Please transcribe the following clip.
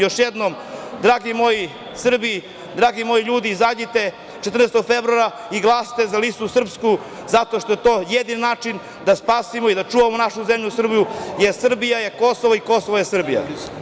Još jednom, dragi moji Srbi, dragi moji ljudi, izađite 14. februara i glasajte za Srpsku listu zato što je to jedini način da spasimo i da čuvamo našu zemlju Srbiju, jer Srbija je Kosovo i Kosovo je Srbija.